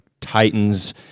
Titans